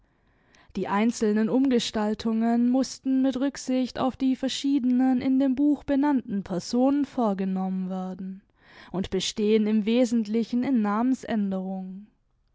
die einzelnen umgestaltungen mußten mit rücksicht auf die verschiedenen in dem buch benannten personen vorgenommen werden und bestehen im wesentlichen in namensänderungen